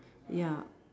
ya